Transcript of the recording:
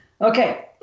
Okay